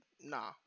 nah